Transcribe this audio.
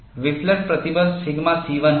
विफलन प्रतिबल sigma c1 होगा